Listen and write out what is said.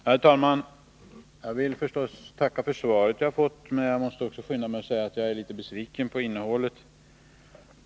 Herr talman! Jag vill förstås tacka för det svar jag har fått, men jag måste också skynda mig att säga att jag är litet besviken på innehållet.